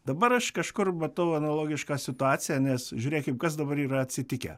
dabar aš kažkur matau analogišką situaciją nes žiūrėkim kas dabar yra atsitikę